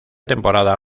temporada